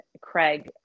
Craig